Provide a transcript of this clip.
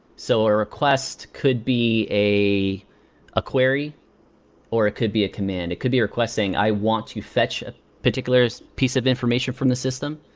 so a request could be a a query or it could be a command. it could be requesting, i want to fetch a particular so piece of information from the system,